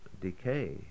decay